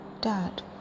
dad